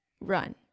run